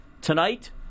tonight